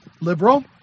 liberal